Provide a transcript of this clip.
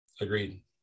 Agreed